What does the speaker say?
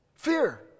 Fear